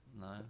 no